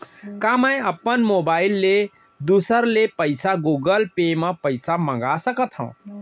का मैं अपन मोबाइल ले दूसर ले पइसा गूगल पे म पइसा मंगा सकथव?